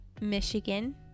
Michigan